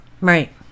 Right